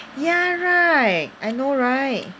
ya right I know right